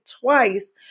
twice